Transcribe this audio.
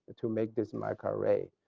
to make this microarray.